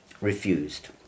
refused